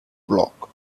block